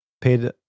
paid